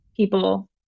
people